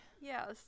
Yes